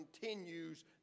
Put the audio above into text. continues